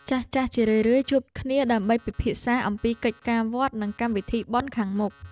ចាស់ៗជារឿយៗជួបគ្នាដើម្បីពិភាក្សាអំពីកិច្ចការវត្ត និងកម្មវិធីបុណ្យខាងមុខ។